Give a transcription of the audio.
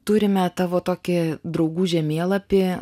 turime tavo tokį draugų žemėlapį